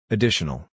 Additional